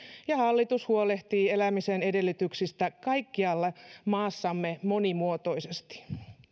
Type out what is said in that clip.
ja hallitus huolehtii elämisen edellytyksistä kaikkialla maassamme monimuotoisesti